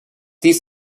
dies